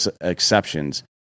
exceptions